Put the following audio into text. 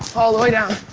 all the way down.